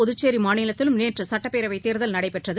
புதுச்சேரிமாநிலத்திலும் நேற்றுசட்டப்பேரவைதேர்தல் நடைபெற்றது